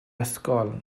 ysgol